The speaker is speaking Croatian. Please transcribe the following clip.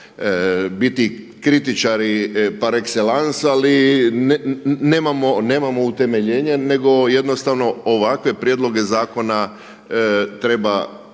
biti kritičari par excellence ali nemamo utemeljenje nego jednostavno ovakve prijedloge zakona treba